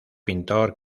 pintor